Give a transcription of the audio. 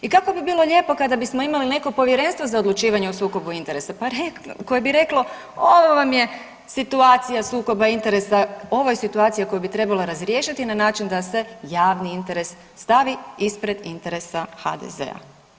I kako bi bilo lijepo kako bismo imali neko Povjerenstvo za odlučivanje o sukobu interesa koje bi reklo ovo vam je situacija sukoba interesa, ovo je situacija koju bi trebalo razriješiti na način da se javni interes stavi ispred interesa HDZ-a.